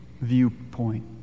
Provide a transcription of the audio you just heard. viewpoint